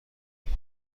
بری